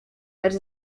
lecz